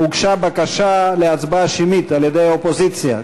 הוגשה בקשה להצבעה שמית על-ידי האופוזיציה.